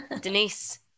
Denise